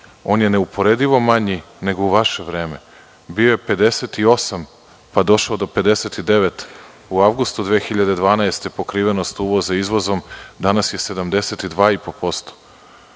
on je neuporedivo manji nego u vaše vreme. Bio je 58, pa došao do 59, u avgustu 2012. godine pokrivenost uvoza izvozom, danas je 72,5%.